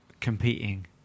Competing